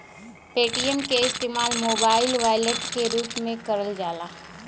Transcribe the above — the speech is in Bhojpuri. पेटीएम क इस्तेमाल मोबाइल वॉलेट के रूप में करल जाला